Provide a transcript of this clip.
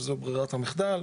שזו ברירת המחדל.